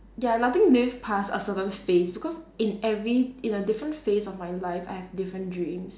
ya nothing lived passed a certain phase because in every in a different phase of my life I have different dreams